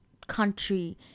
country